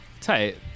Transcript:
Tight